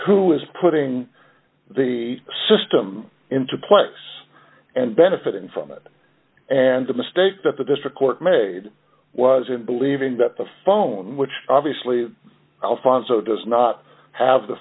who is putting the system into place and benefiting from it and the mistake that the district court made was in believing that the phone which obviously alfonso does not have the